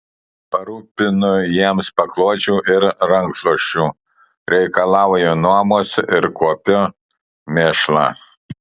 parūpinu jiems paklodžių ir rankšluosčių reikalauju nuomos ir kuopiu mėšlą